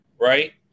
Right